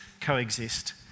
coexist